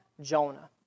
Jonah